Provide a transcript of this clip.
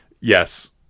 Yes